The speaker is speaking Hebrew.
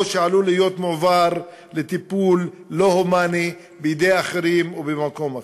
שעלול להיות מועבר לטיפול לא הומני בידי אחרים ובמקום אחר.